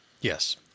Yes